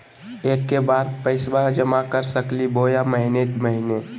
एके बार पैस्बा जमा कर सकली बोया महीने महीने?